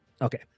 Okay